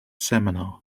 seminar